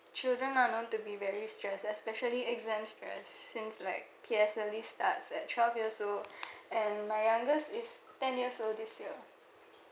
children are known to be very stressed especially exam stress since like P_S_L_E starts at twelve years old and my youngest is ten years old this year